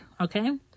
okay